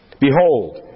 Behold